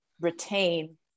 retain